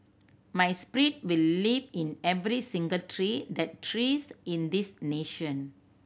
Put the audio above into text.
my spirit will live in every single tree that thrives in this nation